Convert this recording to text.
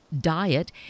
diet